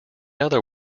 other